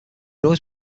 always